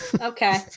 Okay